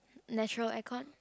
nature aircon